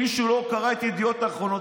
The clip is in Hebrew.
אם מישהו לא קרא את ידיעות אחרונות,